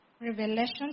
Revelation